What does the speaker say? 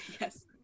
Yes